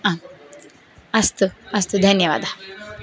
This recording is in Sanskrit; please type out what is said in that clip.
आम् अस्तु अस्तु धन्यवादः